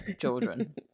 children